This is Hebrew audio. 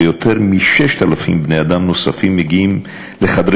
ויותר מ-6,000 בני-אדם נוספים מגיעים לחדרי